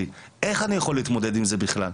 איך אנחנו יכול להתמודד עם זה בכלל?